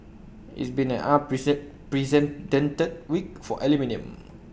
it's been an precedented week for aluminium